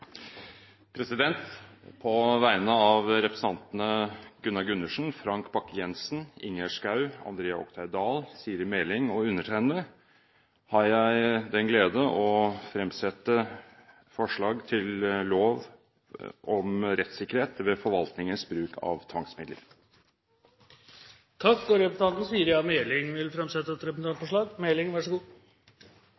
På vegne av representantene Gunnar Gundersen, Frank Bakke-Jensen, Ingjerd Schou, André Oktay Dahl, Siri Meling og undertegnede har jeg den glede å fremsette forslag til lov om rettssikkerhet ved forvaltningens bruk av tvangsmidler. Representanten Siri A. Meling vil framsette et